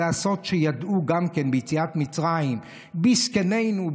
זה הסוד שידעו גם ביציאת מצרים: בזקנינו,